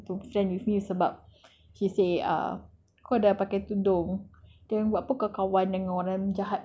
because macam alim begitu kan she don't wan't to friend with me sebab she say ah kau dah pakai tudung